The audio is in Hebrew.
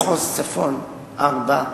מחוז צפון, ארבעה,